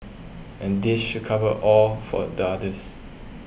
and this should cover all for the others